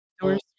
doors